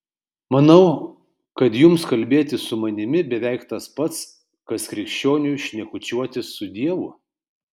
manau kad jums kalbėtis su manimi beveik tas pats kas krikščioniui šnekučiuotis su dievu